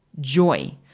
Joy